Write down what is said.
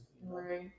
Right